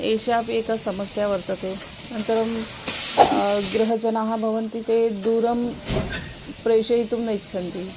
एषापि एका समस्या वर्तते अनन्तरं गृहजनाः भवन्ति ते दूरं प्रेषयितुं न इच्छन्ति